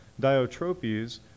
Diotropes